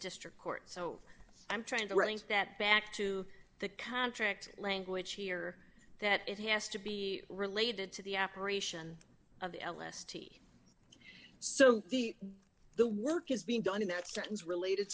district court so i'm trying to arrange that back to the contract language here that it has to be related to the operation of the l s t so the the work is being done in that sense related